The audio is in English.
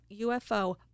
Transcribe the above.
UFO